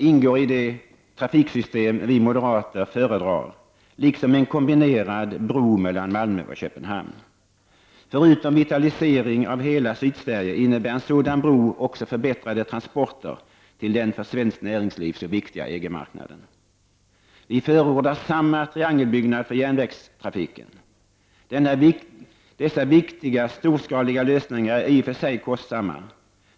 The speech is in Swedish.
I det trafiksystem vi moderater föredrar ingår motorvägstriangeln liksom en kombinerad bro mellan Malmö och Köpenhamn. Förutom en vitalisering av hela Sydsverige innebär en sådan bro också förbättrade transporter till den för svenskt näringsliv så viktiga EG-marknaden. Vi förordar samma triangelbyggnad för järnvägstrafiken. Dessa viktiga storskaliga lösningar är i och för sig kostsamma.